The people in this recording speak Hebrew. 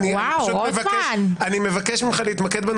אני מבקש ממך להתמקד -- ואו, רוטמן.